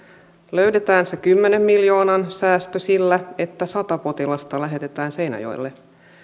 löydetään se kymmenen miljoonan säästö sillä että sata potilasta lähetetään seinäjoelle